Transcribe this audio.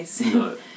No